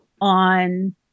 on